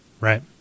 Right